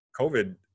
covid